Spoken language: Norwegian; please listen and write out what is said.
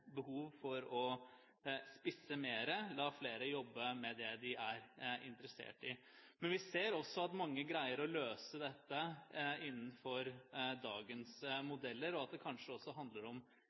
behov for å spisse mer – la flere jobbe med det de er interessert i. Men vi ser også at mange greier å løse dette innenfor dagens modeller, og at det kanskje handler mer om